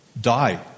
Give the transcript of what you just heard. die